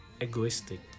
egoistic